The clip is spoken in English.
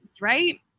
right